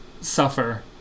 suffer